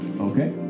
Okay